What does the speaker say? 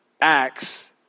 acts